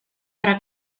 para